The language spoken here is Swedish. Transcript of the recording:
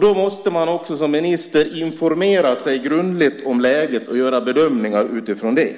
Då måste man också som minister informera sig grundligt om läget och göra bedömningar utifrån det.